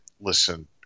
listen